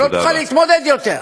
שלא תוכל להתמודד יותר.